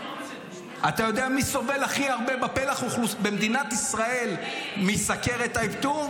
אתה יודע מי סובל הכי הרבה בפלח אוכלוסייה במדינת ישראל מסוכרת type 2,